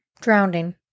Drowning